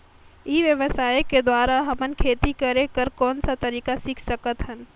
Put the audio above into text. ई व्यवसाय के द्वारा हमन खेती करे कर कौन का तरीका सीख सकत हन?